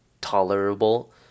tolerable